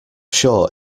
sure